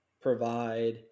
provide